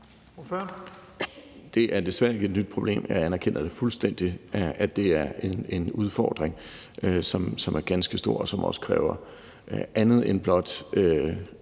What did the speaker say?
Det er desværre ikke et nyt problem, og jeg anerkender fuldstændig, at det er en udfordring, som er ganske stor, og som også kræver andet end blot